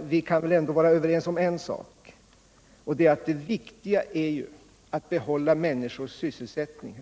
Vi kan väl ändå vara överens om en sak, nämligen att det viktiga är att behålla människors sysselsättning.